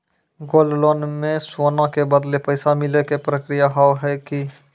Gold loan मे सोना के बदले पैसा मिले के प्रक्रिया हाव है की?